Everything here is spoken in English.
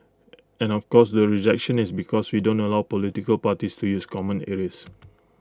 and of course the rejection is because we don't allow political parties to use common areas